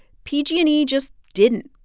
pg and e just didn't.